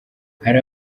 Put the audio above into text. hari